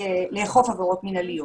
לאכוף עבירות מנהליות